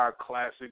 Classic